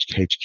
HQ